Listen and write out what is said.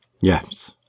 Yes